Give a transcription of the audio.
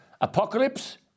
Apocalypse